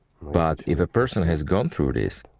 but if a person has gone through this,